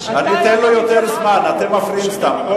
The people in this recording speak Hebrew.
אתם מפריעים סתם.